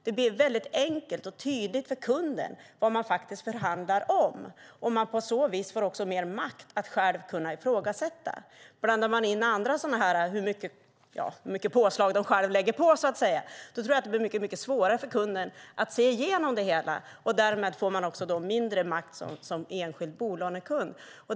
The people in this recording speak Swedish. Det blir väldigt enkelt och tydligt för kunden vad man faktiskt förhandlar om, och på så vis får man mer makt att själva ifrågasätta. Blandar man in annat, som hur stora påslag de själva lägger på, tror jag att det blir mycket svårare för kunden att se igenom det hela, och därmed får man mindre makt som enskild bolånekund.